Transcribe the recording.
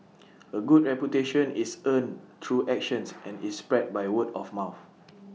A good reputation is earned through actions and is spread by word of mouth